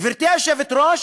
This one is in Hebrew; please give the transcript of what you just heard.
גברתי היושבת-ראש,